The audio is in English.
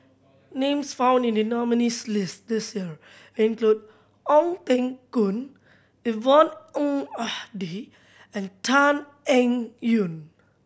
names found in the nominees' list this year include Ong Teng Koon Yvonne Ng and Tan Eng Yoon